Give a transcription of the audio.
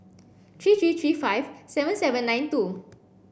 three three three five seven seven nine two